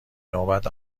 نوبت